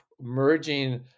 merging